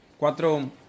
Cuatro